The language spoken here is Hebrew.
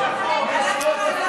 יש רוב בכנסת.